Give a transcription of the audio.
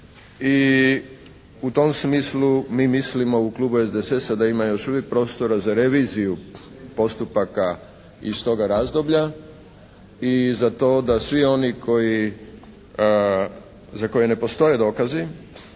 i u tom smislu mi mislimo u klubu SDSS-a da ima još uvijek prostora za reviziju postupaka iz toga razdoblja i za to da svi oni za koje ne postoje dokazi